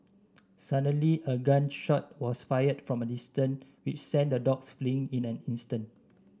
suddenly a gun shot was fired from a distance which sent the dogs fleeing in an instant